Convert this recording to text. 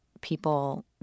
people